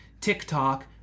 TikTok